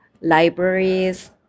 libraries